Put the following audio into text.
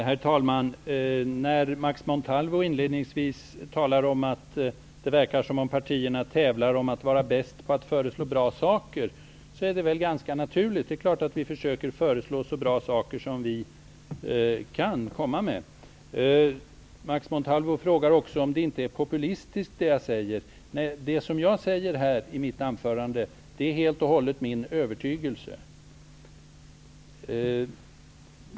Herr talman! Max Montalvo sade inledningsvis att det verkar som om partierna tävlar om att vara bäst på att föreslå bra saker. Det är väl ganska naturligt. Det är klart att vi försöker komma med så bra förslag som möjligt. Max Montalvo frågade också om det jag säger inte är populistiskt. Det som jag säger i mitt anförande är helt och hållet min övertygelse.